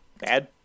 Bad